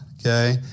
okay